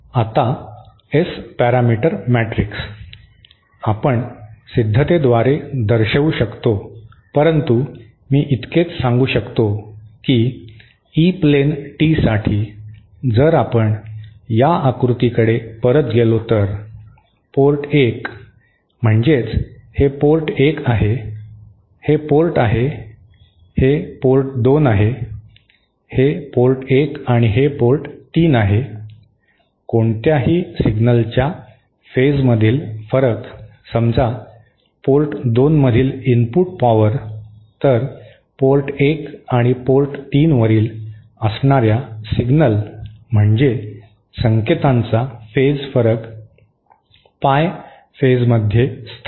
आता S parameter matrix आपण सिद्धतेद्वारे दर्शवू शकतो परंतु मी इतकेच सांगू शकतो की ई प्लेन टी साठी जर आपण या आकृतीकडे परत गेलो तर पोर्ट 1 म्हणजे हे पोर्ट 1 आहे हे पोर्ट आहे हे आहे पोर्ट 2 हे पोर्ट 1 आणि हे पोर्ट 3 आहे कोणत्याही सिग्नलच्या फेजमधील फरक समजा पोर्ट 2 मधील इनपुट पॉवर तर पोर्ट 1 आणि पोर्ट 3 वरील असणाऱ्या सिग्नल म्हणजे संकेतांचा फेज फरक पाय फेजमध्ये स्थानांतरित होईल